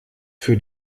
für